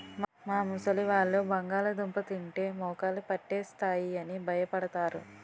మా ముసలివాళ్ళు బంగాళదుంప తింటే మోకాళ్ళు పట్టేస్తాయి అని భయపడతారు